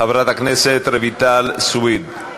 חברת הכנסת רויטל סויד, נגד.